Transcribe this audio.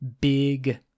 Big